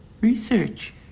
Research